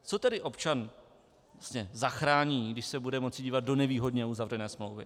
Co tedy občan zachrání, když se bude moci dívat do nevýhodně uzavřené smlouvy?